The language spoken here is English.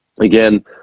again